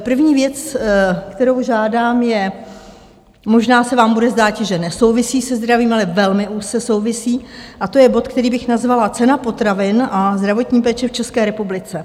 První věc, kterou žádám možná se vám bude zdát, že nesouvisí se zdravím, ale velmi úzce souvisí a to je bod, který bych nazvala Cena potravin a zdravotní péče v České republice.